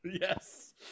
Yes